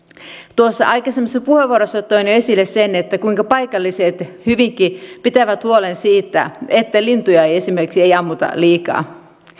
tuossa aikaisemmassa puheenvuorossa toin esille sen kuinka paikalliset hyvinkin pitävät huolen siitä että lintuja esimerkiksi ei ammuta liikaa